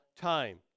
time